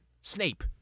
Snape